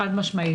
חד משמעית.